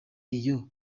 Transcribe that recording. iyo